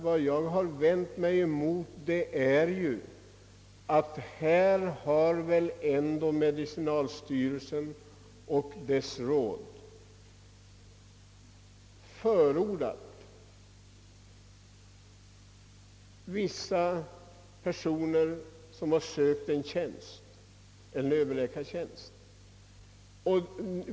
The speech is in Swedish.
Vad jag har vänt mig mot är att medicinalstyrelsen och dess råd har förordat vissa personer som har sökt en överläkartjänst.